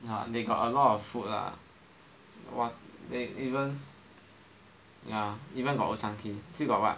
but they got a lot of food lah they even ya even got old Chang-Kee still got what